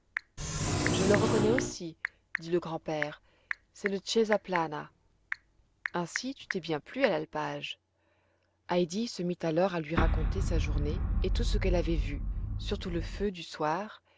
je le reconnais aussi dit le grand-père c'est le casaplana ainsi tu t'es bien plu à l'alpage heidi se mit alors à lui raconter sa journée et tout ce qu'elle avait vu surtout le feu du soir